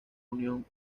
unión